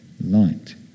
light